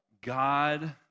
God